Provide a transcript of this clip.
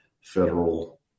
federal